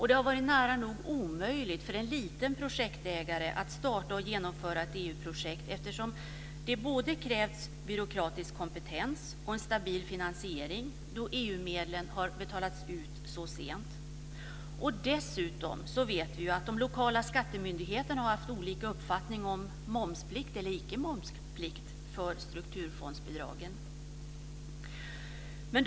Det har varit nära nog omöjligt för en liten projektägare att starta och genomföra ett EU-projekt, eftersom det krävts både byråkratisk kompetens och en stabil finansiering då EU-medlen har betalats ut så sent. Dessutom vet vi att de lokala skattemyndigheterna har haft olika uppfattning om momsplikt eller icke momsplikt för strukturfondsbidragen.